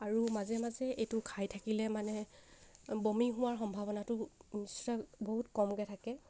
আৰু মাজে মাজে এইটো খাই থাকিলে মানে বমি হোৱাৰ সম্ভাৱনাটো নিশ্চয় বহুত কমকৈ থাকে